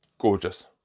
gorgeous